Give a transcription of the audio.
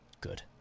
good